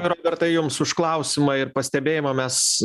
robertai jums užklausimą ir pastebėjimą mes